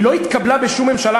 היא לא התקבלה בשום ממשלה,